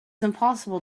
impossible